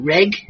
Reg